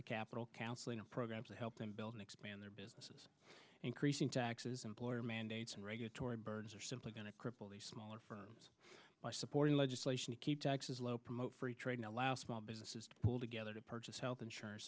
to capital counseling programs to help them build and expand their businesses increasing taxes employer mandates and regulatory burdens are simply going to cripple the smaller firms by supporting legislation to keep taxes low promote free trade allow small businesses to pull together to purchase health insurance